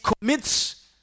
commits